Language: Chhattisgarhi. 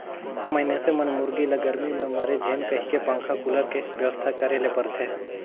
मइनसे मन मुरगी ल गरमी में मरे झेन कहिके पंखा, कुलर के बेवस्था करे ले परथे